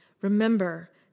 Remember